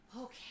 Okay